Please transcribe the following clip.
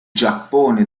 giappone